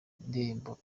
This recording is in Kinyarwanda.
ndirimbo